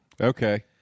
Okay